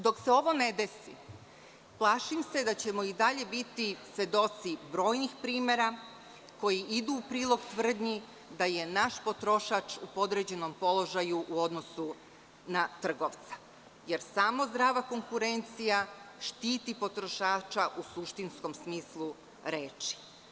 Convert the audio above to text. Dok se ovo ne desi plašim se da ćemo i dalje biti svedoci brojnih primera koji idu u prilog tvrdnji da je naš potrošač u podređenom položaju u odnosu na trgovca, jer samo zdrava konkurencija štiti potrošača u suštinskom smislu reči.